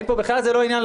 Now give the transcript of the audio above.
זה לא עניין,